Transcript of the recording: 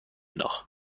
noch